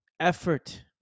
effort